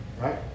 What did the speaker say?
Right